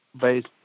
based